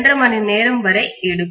5 மணி நேரம் வரை எடுக்கும்